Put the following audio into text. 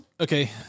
Okay